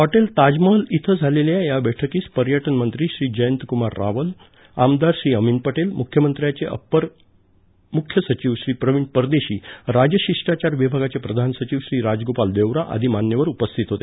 hotel Taj Mahal इथं झालेल्या या बैठकीस पर्यटन मंत्री श्री जयंतकुमार रावल आमदार श्री अमीन पटेल मुख्यमंत्र्यांचे अपर मुख्य सचिव श्री प्रवीण परदेशी राजशिष्टाचार विभागाचे प्रधान सचिव श्री राजगोपाल देवरा आदि मान्यवर उपस्थित होते